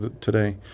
today